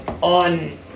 on